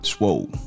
Swole